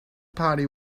party